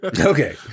Okay